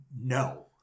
no